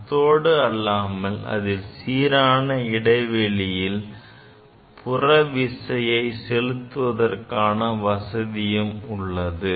அத்தோடு அல்லாமல் இதில் சீரான இடைவெளியில் புறவிசையை செலுத்துவதற்கான வசதியும் உள்ளது